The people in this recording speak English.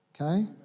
Okay